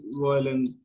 violin